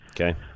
Okay